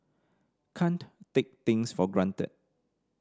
can't take things for granted